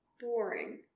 boring